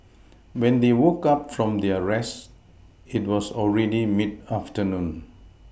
when they woke up from their rest it was already mid afternoon